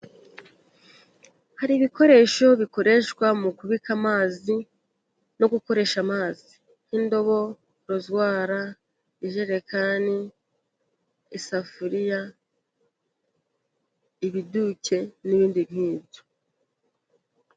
Hari ibikoresho bikoreshwa mu kubika amazi no gukoresha amazi nk' indobo, rozwara, ijerekani, isafuriya, ibiduke, n'ibindi nk'ibyo.